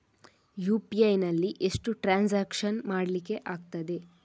UPI ನಲ್ಲಿ ಎಷ್ಟು transaction ಮಾಡ್ಲಿಕ್ಕೆ ಆಗ್ತದೆ?